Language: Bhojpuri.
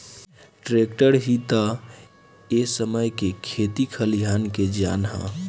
ट्रैक्टर ही ता ए समय खेत खलियान के जान ह